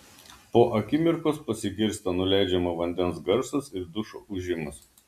po akimirkos pasigirsta nuleidžiamo vandens garsas ir dušo ūžimas